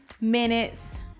minutes